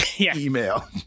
email